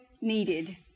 needed